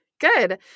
good